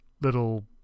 little